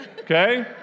Okay